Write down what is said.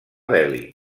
delhi